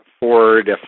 Ford